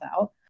out